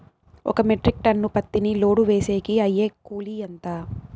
ఒక metric ton పత్తిని load వేసేకి అయ్యే కూలి ఎంత?